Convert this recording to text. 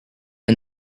and